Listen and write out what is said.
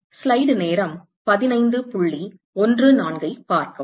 ம்ம்